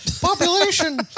population